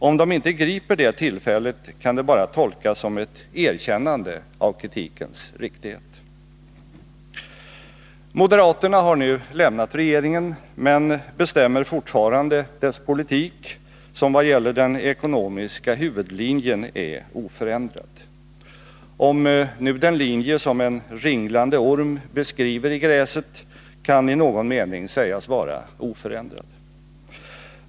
Om de inte griper det tillfället, kan det bara tolkas som ett erkännande av kritikens riktighet. Moderaterna har nu lämnat regeringen, men bestämmer fortfarande dess politik, som i vad gäller den ekonomiska huvudlinjen är oförändrad — om nu den linje som en ringlande orm beskriver i gräset i någon mening kan sägas vara oförändrad.